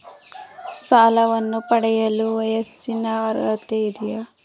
ಸಾಲವನ್ನು ಪಡೆಯಲು ವಯಸ್ಸಿನ ಅರ್ಹತೆ ಇದೆಯಾ?